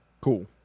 Cool